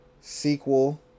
Sequel